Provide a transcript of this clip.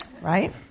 right